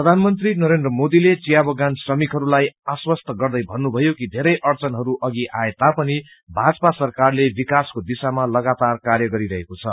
प्रधानमंत्रीले चिया बगान श्रमिकहरूलाई आश्वस्त गर्दै भन्नुभयो कि धेरै अड्चनहरू अघि आए पनि भाजपा सरकारले विकासको दिशामा लगातार कार्य गरिरहेको छ